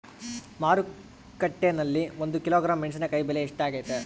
ಮಾರುಕಟ್ಟೆನಲ್ಲಿ ಒಂದು ಕಿಲೋಗ್ರಾಂ ಮೆಣಸಿನಕಾಯಿ ಬೆಲೆ ಎಷ್ಟಾಗೈತೆ?